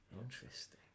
Interesting